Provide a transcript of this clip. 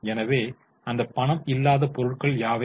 எனவே அந்த பணம் இல்லாத பொருட்கள் யாவை